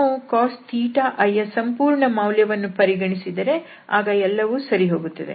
ನಾವು cos i ಯ ಸಂಪೂರ್ಣ ಮೌಲ್ಯ ವನ್ನು ಪರಿಗಣಿಸಿದರೆ ಆಗ ಎಲ್ಲವೂ ಸರಿ ಹೋಗುತ್ತದೆ